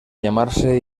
llamarse